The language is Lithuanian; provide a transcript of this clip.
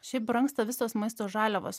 šiaip brangsta visos maisto žaliavos